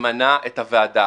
ממנה את הוועדה.